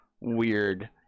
weird